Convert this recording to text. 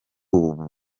ubu